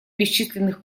бесчисленных